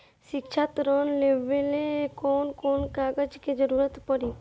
शिक्षा ऋण लेवेला कौन कौन कागज के जरुरत पड़ी?